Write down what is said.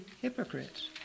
hypocrites